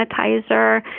sanitizer